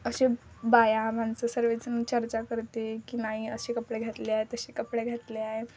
असे बाया माणसं सर्वजण चर्चा करते की नाही असे कपडे घातले आहे तसे कपडे घातले आहे